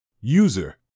User